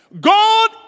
God